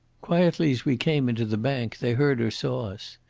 quietly as we came into the bank, they heard or saw us.